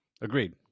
Agreed